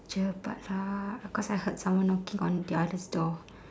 cepat lah cause I heard someone knocking on the others door